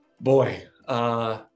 boy